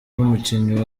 n’umukinnyi